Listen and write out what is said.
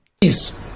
Please